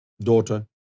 daughter